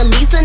Lisa